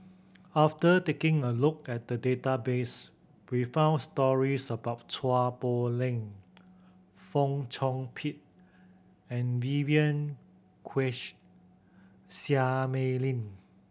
after taking a look at the database we found stories about Chua Poh Leng Fong Chong Pik and Vivien Quahe Seah Mei Lin